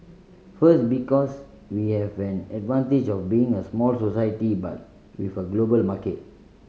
first because we have an advantage of being a small society but with a global market